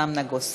ואברהם נגוסה.